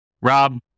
Rob